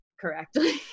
correctly